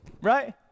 Right